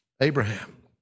Abraham